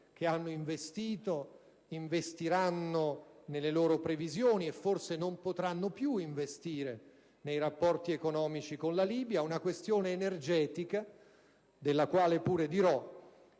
che hanno investito, investiranno nelle loro previsioni e forse non potranno più investire nei rapporti economici con la Libia; la questione energetica, della quale pure dirò.